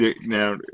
Now